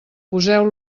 poseu